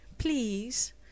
Please